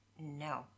No